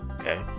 Okay